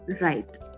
Right